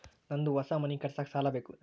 ನಂದು ಹೊಸ ಮನಿ ಕಟ್ಸಾಕ್ ಸಾಲ ಬೇಕು